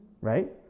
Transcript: right